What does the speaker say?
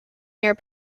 near